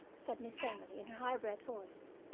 said miss emily, in her high-bred voice,